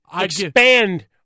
expand